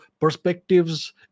perspectives